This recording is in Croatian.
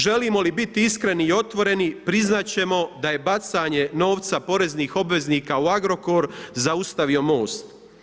Želimo li biti iskreni i otvoreni priznati ćemo da je bacanje novca poreznih obveznika u Agrokor zaustavio MOST.